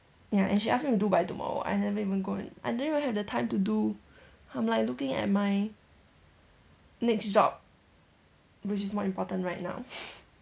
ya and she asks me to do by tomorrow I never even go and I never even have time to do I'm like looking at my next job which is more important right now